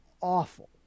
awful